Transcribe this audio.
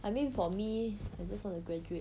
I mean for me I just want to graduate